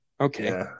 Okay